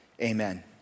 amen